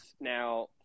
Now